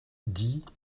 dit